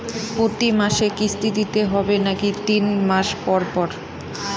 প্রতিমাসে কিস্তি দিতে হবে নাকি তিন মাস পর পর?